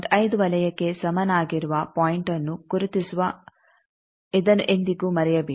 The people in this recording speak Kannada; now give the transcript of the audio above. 5 ವಲಯಕ್ಕೆ ಸಮನಾಗಿರುವ ಪಾಯಿಂಟ್ಅನ್ನು ಗುರುತಿಸುವ ಇದನ್ನು ಎಂದಿಗೂ ಮರೆಯಬೇಡಿ